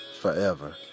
Forever